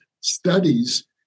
Studies